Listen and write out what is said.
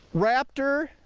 raptor,